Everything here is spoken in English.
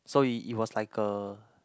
so it it was like a